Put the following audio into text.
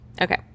Okay